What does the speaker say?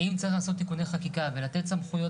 ואם צריך לעשות תיקוני חקיקה ולתת סמכויות